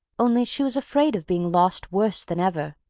only she was afraid of being lost worse than ever,